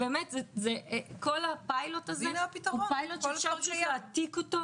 באמת, כל הפיילוט הזה הוא דבר שאפשר להעתיק אותו.